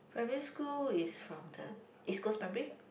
primary school is from the East Coast primary